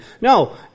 No